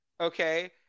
okay